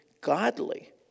godly